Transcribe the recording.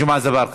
ג'מעה אזברגה,